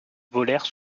volèrent